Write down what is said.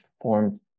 formed